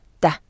da